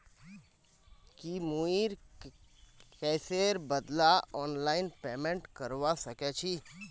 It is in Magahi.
की मुई कैशेर बदला ऑनलाइन पेमेंट करवा सकेछी